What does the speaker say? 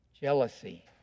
jealousy